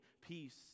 peace